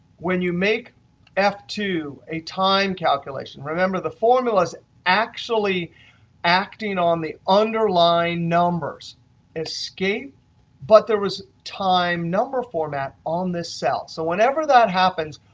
when you make f two a time calculation remember, the formula is actually acting on the underlying numbers escape but there was time number format on this cell. so whenever that happens,